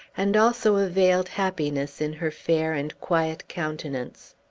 and also a veiled happiness in her fair and quiet countenance.